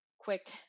quick